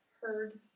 heard